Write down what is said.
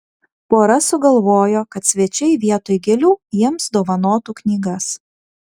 pora sugalvojo kad svečiai vietoj gėlių jiems dovanotų knygas